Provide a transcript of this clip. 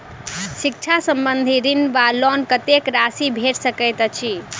शिक्षा संबंधित ऋण वा लोन कत्तेक राशि भेट सकैत अछि?